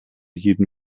jeden